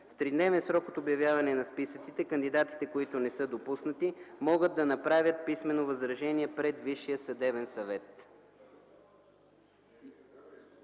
В 3-дневен срок от обявяване на списъците кандидатите, които не са допуснати, могат да направят писмено възражение пред Висшия съдебен съвет.”